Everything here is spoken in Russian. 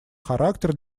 характер